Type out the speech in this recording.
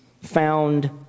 found